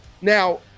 now